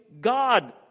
God